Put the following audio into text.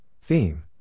Theme